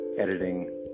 editing